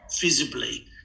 visibly